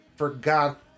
Forgot